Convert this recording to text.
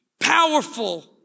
powerful